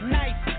nice